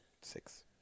six